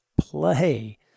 play